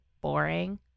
boring